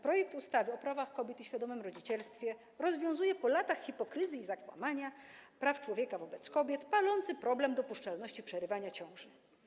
Projekt ustawy o prawach kobiet i świadomym rodzicielstwie rozwiązuje po latach hipokryzji i łamania praw człowieka wobec kobiet palący problem dopuszczalności przerywania ciąży.